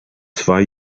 zwei